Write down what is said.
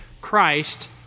Christ